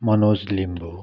Manoj Limbu